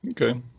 Okay